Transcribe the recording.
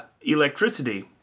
Electricity